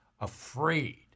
afraid